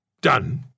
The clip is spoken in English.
Done